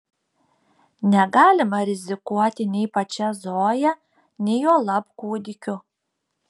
negalima rizikuoti nei pačia zoja nei juolab kūdikiu